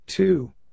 Two